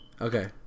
Okay